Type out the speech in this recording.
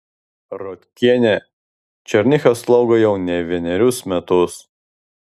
rotkienė černychą slaugo jau ne vienerius metus